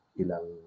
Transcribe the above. ilang